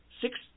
six